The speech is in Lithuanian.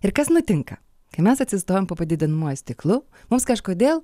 ir kas nutinka kai mes atsistojam po padidinamuoju stiklu mums kažkodėl